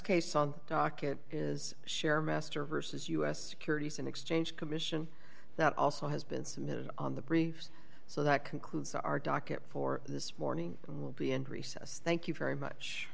case on docket is share master versus us securities and exchange commission that also has been submitted on the briefs so that concludes our docket for this morning and will be and recess thank you very much